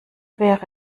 wäre